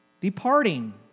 departing